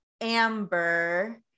Amber